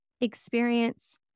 experience